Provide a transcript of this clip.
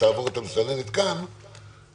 שתעבור את המסננת של הוועדה הזאת,